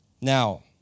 Now